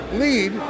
lead